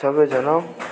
सबैजना